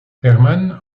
herman